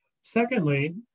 Secondly